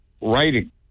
writing